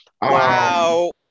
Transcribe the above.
Wow